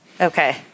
Okay